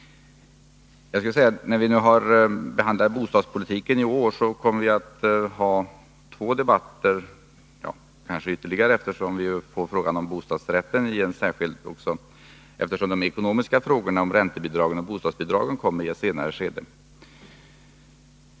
När vi behandlar bostadspolitiken i år kommer vi att ha ytterligare debatter, eftersom bostadsrätterna, de ekonomiska frågorna om räntebidragen och bostadsbidragen kommer upp i ett senare skede.